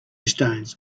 stones